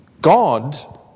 God